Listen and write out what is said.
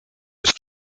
ist